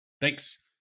Thanks